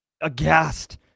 aghast